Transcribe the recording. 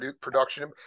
production